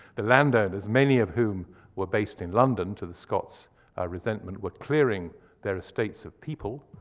the landowners, many of whom were based in london, to the scots resentment, were clearing their estates of people,